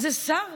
זה שר?